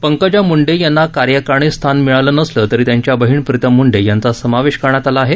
पंकजा मुंडे यांना कार्यकारणीत स्थान मिळालं नसलं तरी त्यांच्या बहिण प्रितम मुंडे यांचा समावेश करण्यात आला आहे